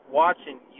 watching